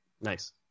Nice